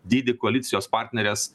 dydį koalicijos partnerės